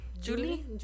Julie